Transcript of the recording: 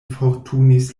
forturnis